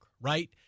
right